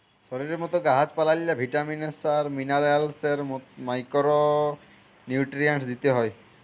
শরীরের মত গাহাচ পালাল্লে ভিটামিল আর মিলারেলস এর মত মাইকোরো নিউটিরিএন্টস দিতে হ্যয়